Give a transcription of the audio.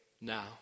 Now